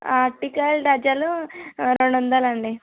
అరటికాయలు డజను రెండు వందలు అండి